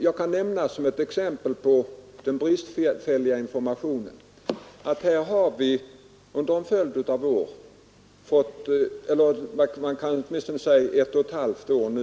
Jag kan nämna ett exempel på den bristfälliga informationen. Under de senaste ett och ett halvt åren